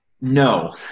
no